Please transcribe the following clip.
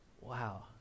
Wow